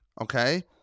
Okay